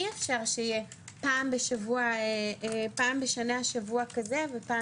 אי-אפשר שיהיה פעם בשנה שבוע כזה ופעם